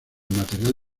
material